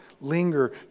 linger